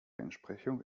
entsprechung